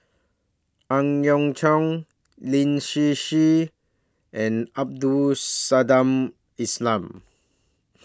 Ang Yau Choon Lin Hsin Hsin and Abdul Samad Islam